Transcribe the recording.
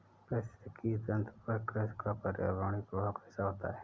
पारिस्थितिकी तंत्र पर कृषि का पर्यावरणीय प्रभाव कैसा होता है?